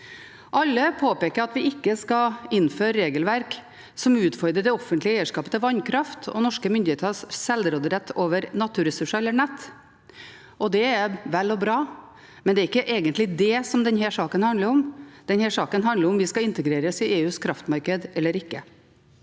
Alle påpeker at vi ikke skal innføre regelverk som utfordrer det offentlige eierskapet til vannkraft og norske myndigheters sjølråderett over naturressurser eller nett. Det er vel og bra, men det er ikke egentlig det denne saken handler om. Denne saken handler om hvorvidt vi skal integreres i EUs kraftmarked. Noen